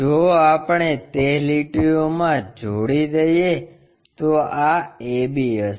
જો આપણે તે લીટીઓમાં જોડી દઈએ તો આં ab હશે